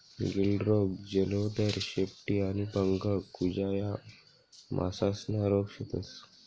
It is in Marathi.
गिल्ड रोग, जलोदर, शेपटी आणि पंख कुजा या मासासना रोग शेतस